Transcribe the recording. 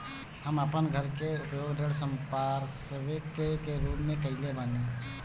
हम अपन घर के उपयोग ऋण संपार्श्विक के रूप में कईले बानी